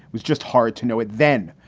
was just hard to know it then,